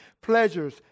pleasures